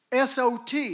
SOT